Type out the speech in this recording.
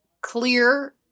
Clear